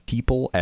People